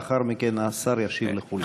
לאחר מכן השר ישיב לכולם.